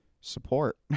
support